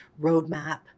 roadmap